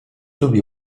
lubi